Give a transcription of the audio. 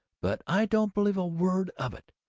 but i don't believe a word of it,